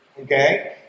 Okay